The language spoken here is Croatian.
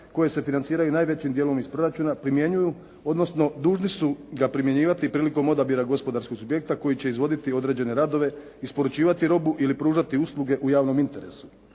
koje se financiraju najvećim dijelom iz proračuna primjenjuju, odnosno dužni su ga primjenjivati prilikom odabira gospodarskog subjekta koji će izvoditi određene radove, isporučivati robu ili pružati usluge u javnom interesu.